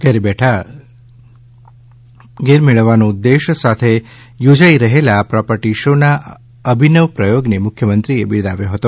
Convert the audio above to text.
ઘરે બેઠા ઘર મેળવોના ઉદ્દેશ્ય સાથે યોજાઇ રહેલા આ પ્રોપર્ટી શો ના અભિનવ પ્રયોગને મુખ્યમંત્રીએ બિરદાવ્યો હતો